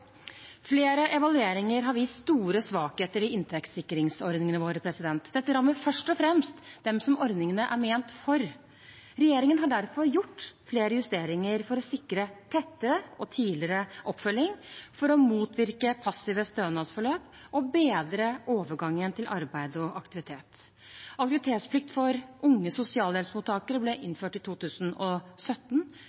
Flere evalueringer har vist store svakheter i inntektssikringsordningene våre. Dette rammer først og fremst dem som ordningene er ment for. Regjeringen har derfor gjort flere justeringer for å sikre tettere og tidligere oppfølging, for å motvirke passive stønadsforløp og bedre overgangen til arbeid og aktivitet. Aktivitetsplikt for unge sosialhjelpsmottakere ble